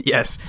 Yes